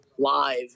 live